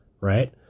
right